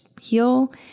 heal